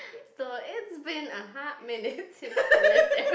so it's been a hot minute since I lived there